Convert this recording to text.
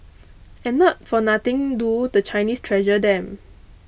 and not for nothing do the Chinese treasure them